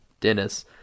Dennis